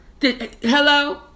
hello